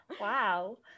Wow